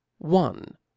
one